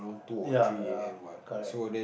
ya ya correct